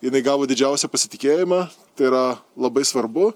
jinai gavo didžiausią pasitikėjimą tai yra labai svarbu